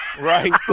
Right